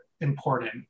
important